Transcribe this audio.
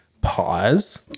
pause